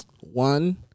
one